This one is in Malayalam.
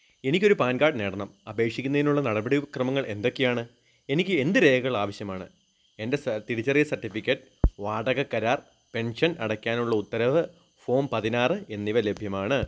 എനിക്കൊരു പാൻ കാഡ് നേടണം അപേക്ഷിക്കുന്നതിനുള്ള നടപടി ക്രമങ്ങൾ എന്തൊക്കെയാണ് എനിക്ക് എന്തു രേഖകളാവശ്യമാണ് എന്റെ സ തിരിച്ചറിയൽ സർട്ടിഫിക്കറ്റ് വാടകക്കരാർ പെൻഷൻ അടയ്ക്കാനുള്ള ഉത്തരവ് ഫോം പതിനാറ് എന്നിവ ലഭ്യമാണ്